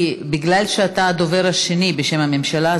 מכיוון שאתה הדובר השני בשם הממשלה,